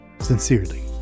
Sincerely